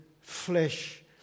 flesh